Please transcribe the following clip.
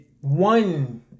one